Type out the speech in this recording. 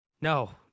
No